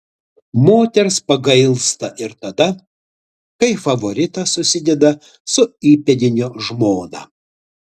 moters pagailsta ir tada kai favoritas susideda su įpėdinio žmona